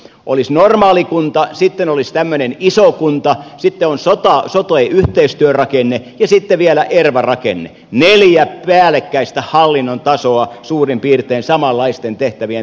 olisi normaali kunta sitten olisi tämmöinen iso kunta sitten olisi sote yhteistyörakenne ja sitten vielä erva rakenne neljä päällekkäistä hallinnon tasoa suurin piirtein samanlaisten tehtävien päällä